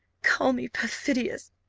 call me perfidious,